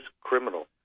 criminal